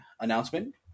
announcement